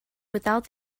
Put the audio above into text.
without